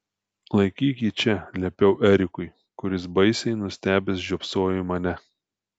laikyk jį čia liepiau erikui kuris baisiai nustebęs žiopsojo į mane